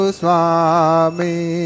swami